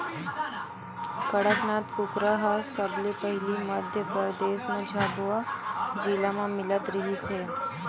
कड़कनाथ कुकरा ह सबले पहिली मध्य परदेस के झाबुआ जिला म मिलत रिहिस हे